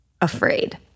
afraid